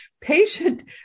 patient